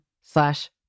slash